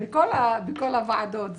בכל הוועדות.